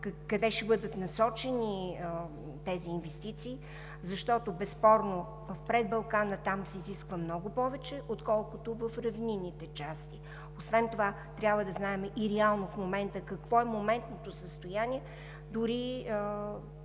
къде ще бъдат насочени тези инвестиции, защото безспорно в Предбалкана се изисква много повече, отколкото в равнинните части. Освен това трябва да знаем и реално какво е моментното състояние, дори